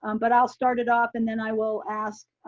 um but i will start it off and then i will ask.